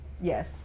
Yes